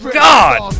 god